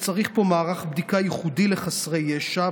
צריך פה מערך בדיקה ייחודי לחסרי ישע,